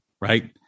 right